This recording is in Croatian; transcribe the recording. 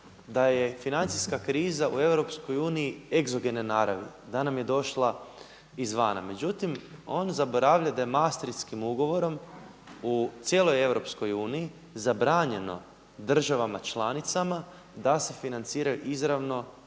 da je financijska kriza u EU egzogene naravi, da nam je došla izvana. Međutim, on zaboravlja da je Mastritshim ugovorom u cijeloj EU zabranjeno državama članicama da se financiraju izravno,